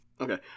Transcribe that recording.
Okay